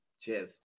Cheers